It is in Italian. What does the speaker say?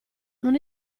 non